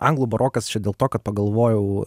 anglų barokas čia dėl to kad pagalvojau